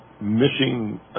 Missing